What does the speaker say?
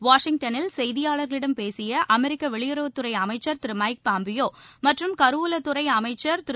வாஷிங்டனில் செய்தியாளர்களிடம் பேசிய அமெரிக்க வெளியுறவுத்துறை அமைச்சர் திரு மைக் பாம்பியோ மற்றும் கருவூலத்துறை அமைச்சர் திரு